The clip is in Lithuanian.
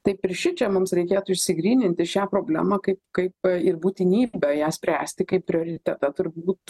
taip ir šičia mums reikėtų išsigryninti šią problemą kaip kai ir būtinybę ją spręsti kaip prioritetą turbūt